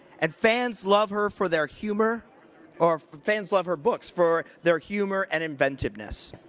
and fans love her for their humor or fans love her books for their humor and inventiveness.